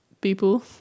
people